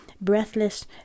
breathless